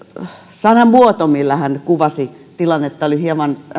sanamuoto millä hän kuvasi tilannetta oli hieman